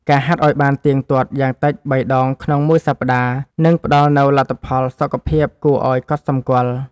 ការហាត់ឱ្យបានទៀងទាត់យ៉ាងតិច ៣ ដងក្នុងមួយសប្តាហ៍ នឹងផ្ដល់នូវលទ្ធផលសុខភាពគួរឱ្យកត់សម្គាល់។